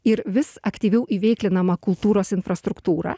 ir vis aktyviau įveiklinamą kultūros infrastruktūrą